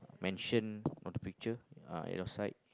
mention on the picture uh at your side